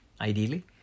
ideally